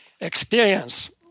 experience